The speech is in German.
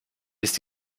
ist